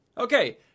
Okay